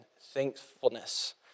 thankfulness